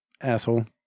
Asshole